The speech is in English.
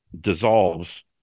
dissolves